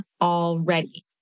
already